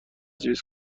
تجویز